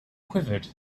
quivered